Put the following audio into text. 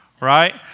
right